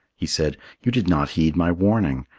he said, you did not heed my warning.